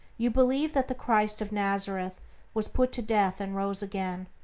you believe that the christ of nazareth was put to death and rose again.